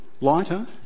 lighter